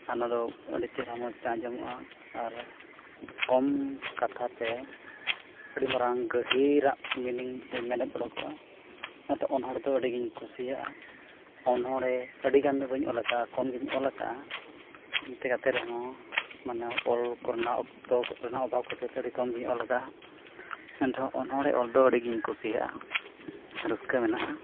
ᱚᱱᱟᱫᱚ ᱟᱹᱰᱤ ᱪᱮᱨᱦᱟ ᱢᱚᱡᱽᱛᱮ ᱟᱸᱡᱚᱢᱚᱜᱼᱟ ᱟᱨ ᱠᱚᱢ ᱠᱟᱛᱷᱟᱛᱮ ᱟᱹᱰᱤᱢᱟᱨᱟᱝ ᱜᱟᱹᱦᱤᱨᱟᱜ ᱢᱤᱱᱤᱝ ᱥᱮ ᱢᱮᱱᱮᱫ ᱚᱰᱚᱠᱚᱜᱼᱟ ᱚᱱᱟᱛᱮ ᱚᱱᱚᱲᱦᱮ ᱫᱚ ᱟᱹᱰᱤᱜᱤᱧ ᱠᱩᱥᱤᱭᱟᱜᱼᱟ ᱚᱱᱚᱲᱦᱮ ᱟᱹᱰᱤᱜᱟᱱ ᱫᱚ ᱵᱟᱹᱧ ᱚᱞᱟᱠᱟᱜᱼᱟ ᱠᱚᱢᱜᱤᱧ ᱚᱞᱟᱠᱟᱜᱼᱟ ᱮᱱᱛᱮ ᱠᱟᱛᱮ ᱨᱮᱦᱚᱸ ᱢᱟᱱᱮ ᱚᱞ ᱠᱚᱨᱮᱱᱟᱜ ᱚᱠᱛᱚ ᱨᱮᱱᱟᱜ ᱚᱵᱷᱟᱵᱽ ᱠᱷᱟᱹᱛᱤᱨᱛᱮ ᱟᱹᱰᱤ ᱠᱚᱢ ᱜᱤᱧ ᱚᱞᱟᱠᱟᱜᱼᱟ ᱮᱱᱨᱮᱦᱚᱸ ᱚᱱᱚᱲᱦᱮ ᱚᱞ ᱫᱚ ᱟᱹᱰᱤᱜᱤᱧ ᱠᱩᱥᱤᱭᱟᱜᱼᱟ ᱨᱟᱹᱥᱠᱟᱹ ᱢᱮᱱᱟᱜᱼᱟ